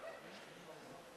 בסדר-היום: הצעת חוק הביטוח הלאומי (תיקון מס' 134)